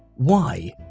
why?